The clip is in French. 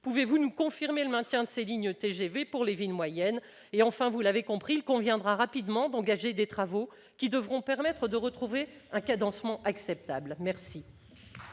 Pouvez-vous nous confirmer le maintien de ces lignes TGV pour les villes moyennes ? Enfin, vous l'avez compris, il conviendra d'engager rapidement des travaux qui devront permettre de retrouver un cadencement acceptable. La